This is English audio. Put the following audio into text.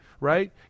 right